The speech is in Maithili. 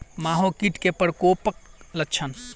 माहो कीट केँ प्रकोपक लक्षण?